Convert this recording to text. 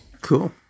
Cool